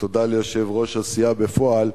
ותודה ליושב-ראש הסיעה בפועל,